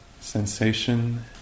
Sensation